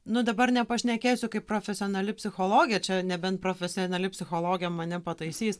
nu dabar nepašnekėsiu kaip profesionali psichologė čia nebent profesionali psichologė mane pataisys